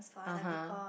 (uh huh)